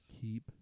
keep